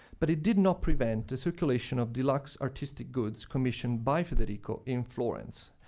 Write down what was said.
but it did not prevent the circulation of deluxe artistic goods commissioned by federico in florence.